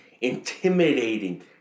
intimidating